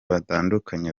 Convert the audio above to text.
batandukanye